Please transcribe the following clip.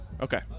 Okay